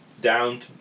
down